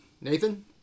Nathan